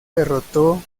derrotó